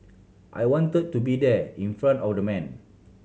I wanted to be there in front of the man